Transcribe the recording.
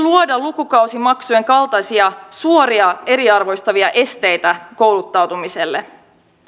luoda lukukausimaksujen kaltaisia suoria eriarvoistavia esteitä kouluttautumiselle